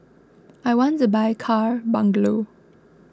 I want to buy car bungalow